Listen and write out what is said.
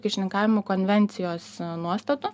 kyšininkavimu konvencijos nuostatų